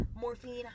morphine